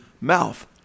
mouth